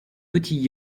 petit